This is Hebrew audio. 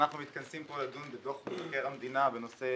אנחנו מתכנסים כאן לדון בדוח מבקר המדינה בנושא